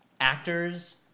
actors